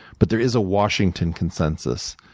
but there is a washington consensus.